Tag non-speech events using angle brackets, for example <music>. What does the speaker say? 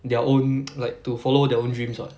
their own <noise> like to follow their own dreams [what]